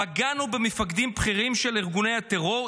פגענו במפקדים בכירים של ארגוני הטרור,